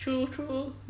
true true